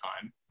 time